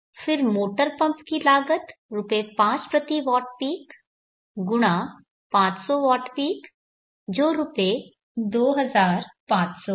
फिर motor pump की लागत रुपये 5 प्रति वॉट पीक × 500 वॉट पीक जो रुपये 2500 है